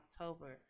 October